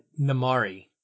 Namari